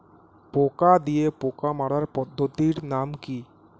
পোকা দিয়ে পোকা মারার পদ্ধতির নাম কি?